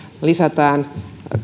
lisätään